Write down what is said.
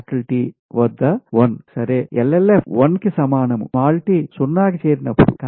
LLF 1కి సమానం t సున్నా కి చేరినపుడు